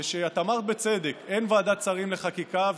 אמרת בצדק: אין ועדת שרים לחקיקה,